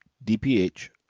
d. ph,